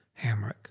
Hamrick